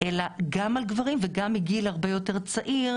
אלא גם על גברים וגם מגיל הרבה יותר צעיר